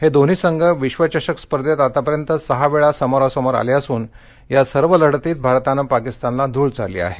हे दोन्ही संघ विश्वचषक स्पर्धेत आतापर्यंत सहावेळा समोरासमोर आले असून या सर्व लढतीत भारतानं पाकिस्तानला धूळ चारली आहे